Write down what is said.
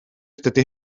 dydy